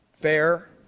fair